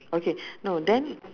okay no then